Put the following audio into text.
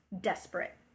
desperate